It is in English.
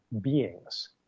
beings